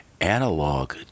analog